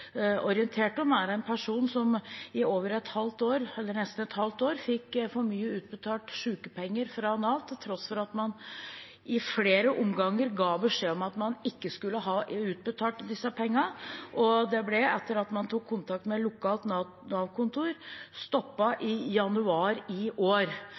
er en person som i nesten et halvt år fikk for mye sykepenger utbetalt fra Nav, til tross for at man i flere omganger ga beskjed om at man ikke skulle ha utbetalt disse pengene. Etter at man tok kontakt med lokalt Nav-kontor, ble det stoppet i januar i år.